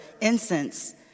incense